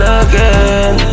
again